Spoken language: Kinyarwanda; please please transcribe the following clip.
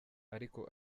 ariko